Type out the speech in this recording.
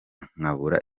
nkabura